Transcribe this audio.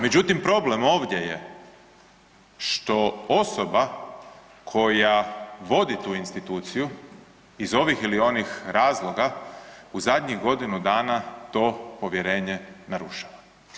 Međutim problem ovdje je što osoba koja vodi tu instituciju iz ovih ili onih razloga u zadnjih godinu to povjerenje narušila.